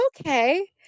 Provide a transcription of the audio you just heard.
okay